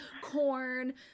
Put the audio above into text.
corn